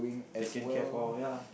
taken care for ya